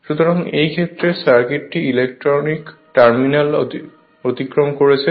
সুতরাং এই ক্ষেত্রে সার্কিটটি ইলেকট্রিক টার্মিনাল অতিক্রম করছে